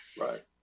right